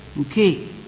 Okay